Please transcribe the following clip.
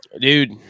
dude